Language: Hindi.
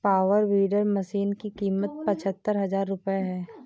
पावर वीडर मशीन की कीमत पचहत्तर हजार रूपये है